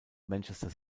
manchester